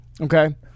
Okay